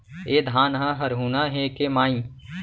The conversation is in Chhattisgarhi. ए धान ह हरूना हे के माई?